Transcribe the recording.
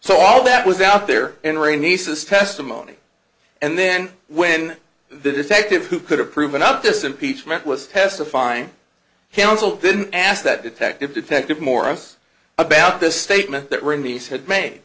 so all that was out there in ray niece's testimony and then when the detective who could have proven up this impeachment was testifying he also didn't ask that detective detective more us about this statement that when these had made